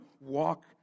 walk